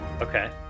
Okay